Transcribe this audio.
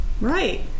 Right